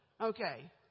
Okay